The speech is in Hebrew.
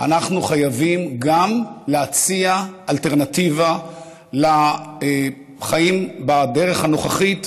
אנחנו חייבים גם להציע אלטרנטיבה לחיים בדרך הנוכחית,